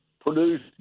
produced